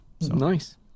Nice